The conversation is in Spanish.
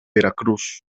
veracruz